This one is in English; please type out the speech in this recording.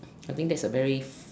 I think that is a very